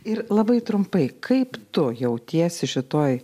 ir labai trumpai kaip tu jautiesi šitoj